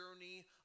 journey